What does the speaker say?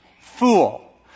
fool